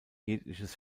jegliches